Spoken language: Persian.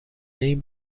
این